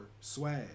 swag